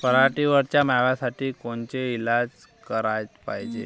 पराटीवरच्या माव्यासाठी कोनचे इलाज कराच पायजे?